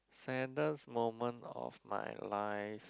saddest moment of my life